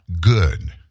good